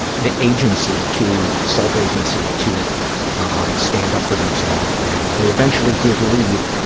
the agency to, self-agency to um stand up for themselves, and they eventually did leave.